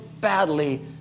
badly